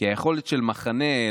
כי היכולת של מחנה,